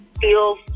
feel